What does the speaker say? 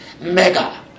mega